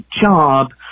job